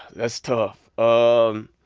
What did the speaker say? that's tough. um